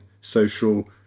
social